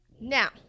Now